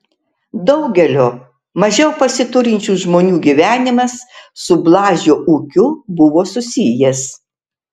daugelio mažiau pasiturinčių žmonių gyvenimas su blažio ūkiu buvo susijęs